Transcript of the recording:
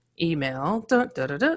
email